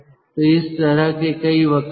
तो इस तरह के कई वक्र हैं